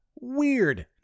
Weird